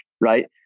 right